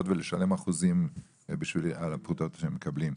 וישלמו אחוזים על הפרוטות שהם מקבלים.